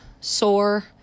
sore